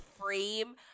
frame